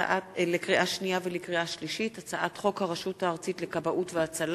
הצעת חוק הפיקוח על מצרכים ושירותים (תיקון מס' 22) (ביטול פרק שני 3),